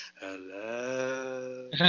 hello